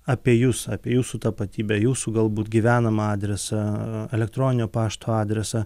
apie jus apie jūsų tapatybę jūsų galbūt gyvenamą adresą elektroninio pašto adresą